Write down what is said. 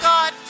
God